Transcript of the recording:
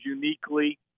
uniquely